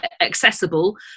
accessible